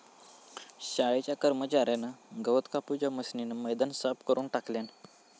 शाळेच्या कर्मच्यार्यान गवत कापूच्या मशीनीन मैदान साफ करून टाकल्यान